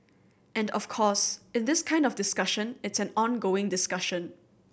and of course in this kind of discussion it's an ongoing discussion